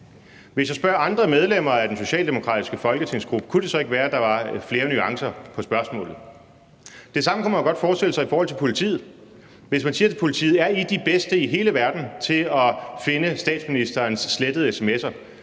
Hvis jeg spørger andre medlemmer af den socialdemokratiske folketingsgruppe om det samme, kunne det så ikke være, at der var flere nuancer i svaret på spørgsmålet? Det samme kunne man jo godt forestille sig i forhold til politiet. Hvis man spørger politiet, om de er de bedste i hele verden til at finde statsministerens slettede sms'er,